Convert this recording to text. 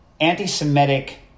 anti-Semitic